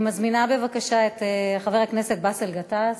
אני מזמינה את חבר הכנסת באסל גטאס.